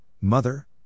Mother